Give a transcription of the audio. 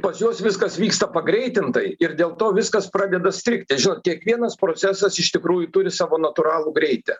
pas juos viskas vyksta pagreitintai ir dėl to viskas pradeda strigti žinot kiekvienas procesas iš tikrųjų turi savo natūralų greitį